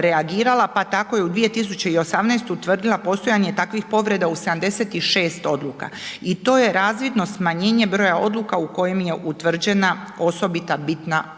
reagirala, pa tako je i u 2018. utvrdila postojanje takvih povreda u 76 odluka i to je razvidno smanjenje broja odluka u kojim je utvrđena osobita bitna povreda.